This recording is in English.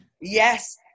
Yes